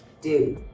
do.